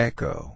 Echo